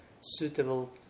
suitable